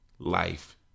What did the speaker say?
Life